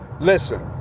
Listen